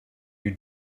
you